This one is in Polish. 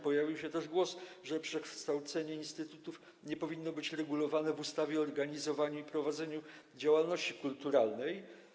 Pojawił się też głos, że kwestia przekształcenia instytutów nie powinna być regulowana w ustawie o organizowaniu i prowadzeniu działalności kulturalnej.